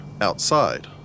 outside